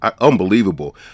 unbelievable